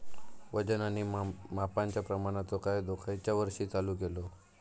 वजन आणि मापांच्या प्रमाणाचो कायदो खयच्या वर्षी चालू केलो?